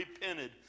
repented